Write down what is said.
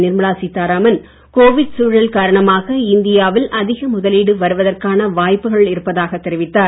Nirmala Sitharaman Covid சூழல் காரணமாக இந்தியாவில் அதிக முதலீடு வருவதற்கான வாய்ப்புகள் இருப்பதாக தெரிவித்தார்